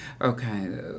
Okay